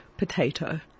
Potato